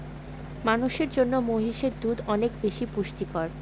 মানুষের জন্য মহিষের দুধ অনেক বেশি ভাবে পুষ্টিকর